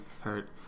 hurt